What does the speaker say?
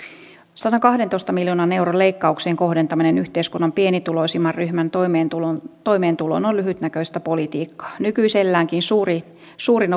sadankahdentoista miljoonan euron leikkauksien kohdentaminen yhteiskunnan pienituloisimman ryhmän toimeentuloon toimeentuloon on lyhytnäköistä politiikkaa nykyiselläänkin suurin